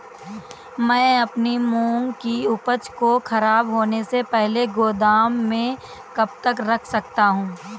मैं अपनी मूंग की उपज को ख़राब होने से पहले गोदाम में कब तक रख सकता हूँ?